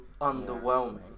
underwhelming